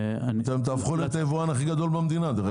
אתם תהפכו להיות היבואן הכי גדול במדינה, דרך אגב.